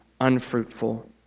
unfruitful